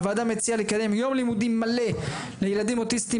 הוועדה מציעה לקדם יום לימודים מלא לילדים אוטיסטיים